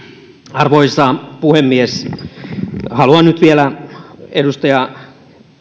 arvoisa puhemies haluan nyt vielä edustaja